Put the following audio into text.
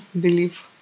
believe